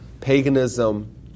paganism